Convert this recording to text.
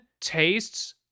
tastes